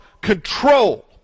control